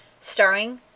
starring